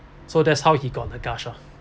so that's how he got the gush lah